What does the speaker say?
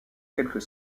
quelques